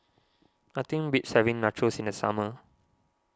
nothing beats having Nachos in the summer